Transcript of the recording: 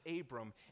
Abram